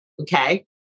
okay